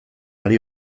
ari